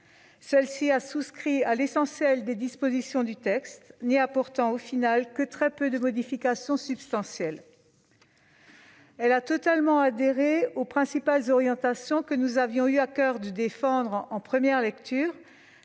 nationale a souscrit à l'essentiel des dispositions du texte, n'y apportant, au final, que très peu de modifications substantielles. Elle a totalement adhéré aux principales orientations que nous avions eu à coeur de défendre en première lecture,